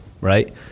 right